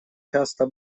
часто